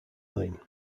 lane